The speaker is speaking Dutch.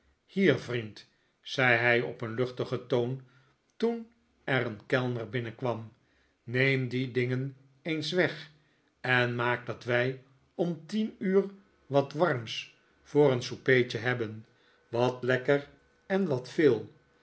hier vriend zei hij op een luchtigen toon toen er een kellner binnenkwam neem die dingen eens weg en maak dat wij om tien uur wat warms voor een soupert je hebben wat lekker en wat veel